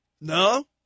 No